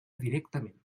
directament